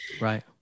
Right